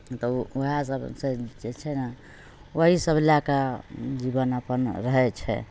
तब ओएह सब छै जे छै ने ओएह सब लैके जीबन अपन रहैत छै